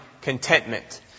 contentment